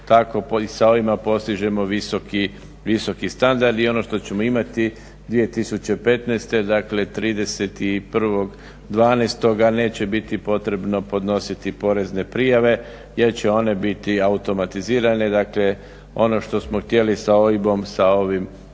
tako i sa ovime postižemo visoki standard i ono što ćemo imati 2015.dakle 31.12.neće biti potrebno podnositi porezne prijave jer će one biti automatizirane, dakle ono što smo htijeli sa OIB-om sa ovim